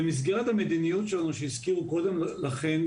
במסגרת המדיניות שלנו שהזכירו קודם לכן,